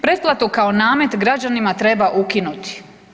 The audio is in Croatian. Pretplatu kao namet građanima treba ukinuti.